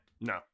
No